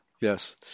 yes